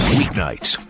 weeknights